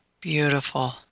Beautiful